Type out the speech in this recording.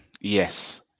Yes